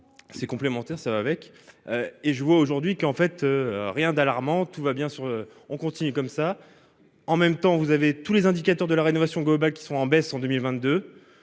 C'est complémentaire, ça va avec. Et je vois aujourd'hui qu'en fait rien d'alarmant, tout va bien sûr on continue comme ça en même temps vous avez tous les indicateurs de la rénovation globale qui sont en baisse en 2022.